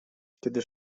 kiedy